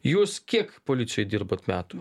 jūs kiek policijoj dirbat metų